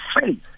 faith